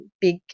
big